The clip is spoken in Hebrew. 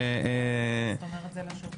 יש עוד ועדה השבוע?